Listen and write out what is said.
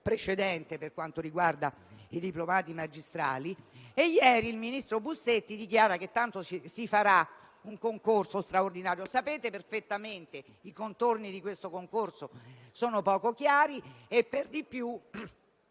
precedente per quanto riguarda i diplomati magistrali, e ieri il ministro Bussetti ha dichiarato che tanto si farà un concorso straordinario. Sapete perfettamente che i contorni di questo concorso sono poco chiari e che, per di più,